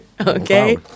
okay